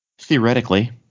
Theoretically